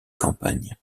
campagnes